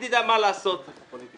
הגמ"חים, מה אתם אומרים?